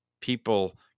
people